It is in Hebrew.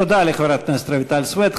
תודה לחברת הכנסת רויטל סויד.